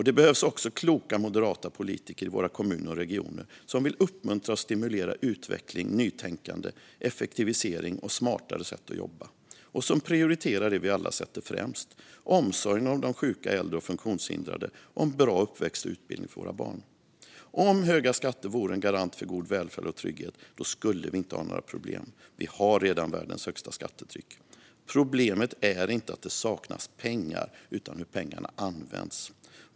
Det behövs också kloka moderata politiker i våra kommuner och regioner som vill uppmuntra och stimulera utveckling, nytänkande, effektivisering och smartare sätt att jobba och som prioriterar det vi alla sätter främst, det vill säga omsorgen om de sjuka, äldre och funktionshindrade och en bra uppväxt och utbildning för våra barn. Om höga skatter vore en garant för en god välfärd och trygghet skulle vi inte ha några problem. Vi har ju redan världens nästan högsta skattetryck. Problemet är inte att det saknas pengar utan hur pengarna används.